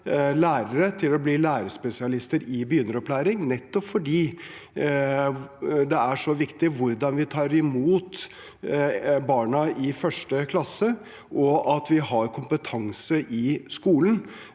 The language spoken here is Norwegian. til å bli lærerspesialister i begynneropplæringen, nettopp fordi det er så viktig hvordan vi tar imot barna i 1. klasse, og at vi har kompetanse i skolen